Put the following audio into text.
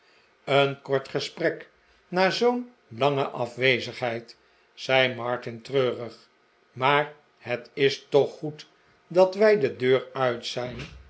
een kort gesprek na zoo'n lange afwezigheid zei martin treurig maar het is toch goed dat wij de deur uit zijn